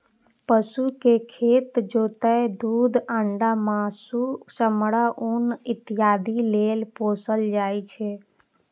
पशु कें खेत जोतय, दूध, अंडा, मासु, चमड़ा, ऊन इत्यादि लेल पोसल जाइ छै